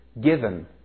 given